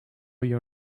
your